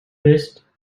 fist